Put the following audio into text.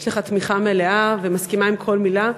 יש לך תמיכה מלאה, מסכימה עם כל מילה.